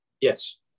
Yes